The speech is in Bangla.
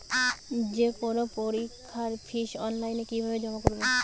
যে কোনো পরীক্ষার ফিস অনলাইনে কিভাবে জমা করব?